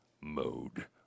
Mode